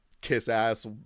kiss-ass